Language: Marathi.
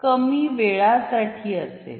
कमी वेळासाठी असेल